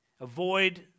Avoid